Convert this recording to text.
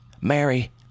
Mary